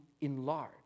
enlarge